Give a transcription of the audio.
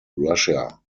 russia